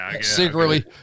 secretly